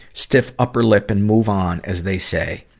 stiff upper lip and move on, as they say.